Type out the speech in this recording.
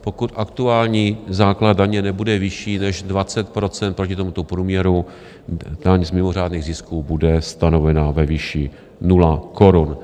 Pokud aktuální základ daně nebude vyšší než 20 % proti tomuto průměru, daň z mimořádných zisků bude stanovena ve výši 0 korun.